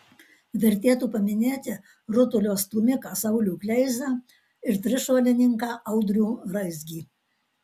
vertėtų paminėti rutulio stūmiką saulių kleizą ir trišuolininką audrių raizgį